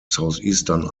southeastern